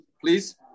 please